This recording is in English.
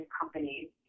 companies